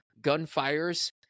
Gunfires